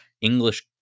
English